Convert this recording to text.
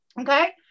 Okay